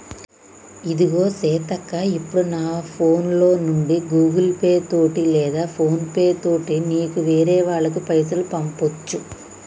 ఇదిగో సీతక్క ఇప్పుడు నా ఫోన్ లో నుండి గూగుల్ పే తోటి లేదా ఫోన్ పే తోటి నీకు వేరే వాళ్ళకి పైసలు పంపొచ్చు